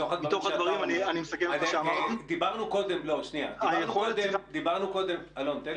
דיברנו קודם עם נציג